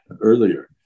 earlier